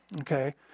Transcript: Okay